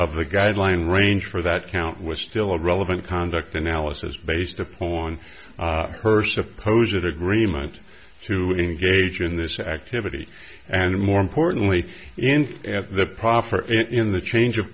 of the guideline range for that count was still relevant conduct analysis based upon her supposed that agreement to engage in this activity and more importantly in the proffer and in the change of